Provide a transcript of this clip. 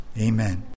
amen